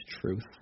truth